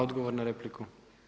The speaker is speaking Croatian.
Odgovor na repliku.